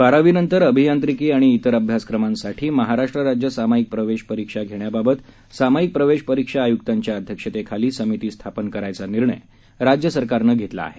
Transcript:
बारावीनंतर अभियांत्रिकी आणि इतर अभ्यासक्रमांसाठी महाराष्ट्र राज्य सामाईक प्रवेश परीक्षा घेण्याबाबत सामाईक प्रवेश परीक्षा आयुक्तांच्या अध्यक्षतेखाली समिती स्थापन करायचा निर्णं राज्य सरकारनं घेतला आहे